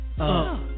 up